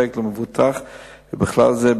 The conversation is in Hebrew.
מטה ובחינה של הנושא,